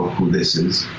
who this is